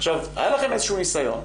היה לכם איזשהו ניסיון,